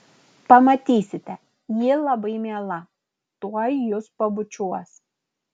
pamatysite ji labai miela tuoj jus pabučiuos